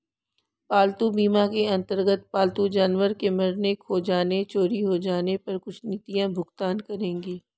पालतू बीमा के अंतर्गत पालतू जानवर के मरने, खो जाने, चोरी हो जाने पर कुछ नीतियां भुगतान करेंगी